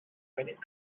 credit